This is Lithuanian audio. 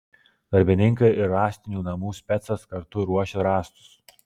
darbininkai ir rąstinių namų specas kartu ruošė rąstus